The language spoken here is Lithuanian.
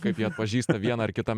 kaip jie atpažįsta vieną ar kitą